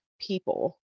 people